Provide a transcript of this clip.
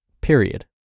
period